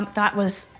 that was,